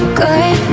good